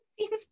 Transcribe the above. seems